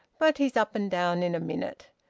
but he's up and down in a minute.